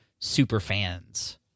superfans